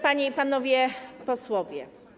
Panie i Panowie Posłowie!